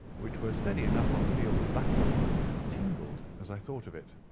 which were steady enough on the field of battle tingled as i thought of it.